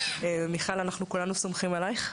מיכל, אנחנו כולנו סומכים עליך.